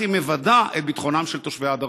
היא מוודאת את ביטחונם של תושבי הדרום.